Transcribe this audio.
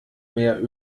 mehr